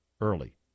early